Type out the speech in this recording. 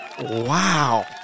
Wow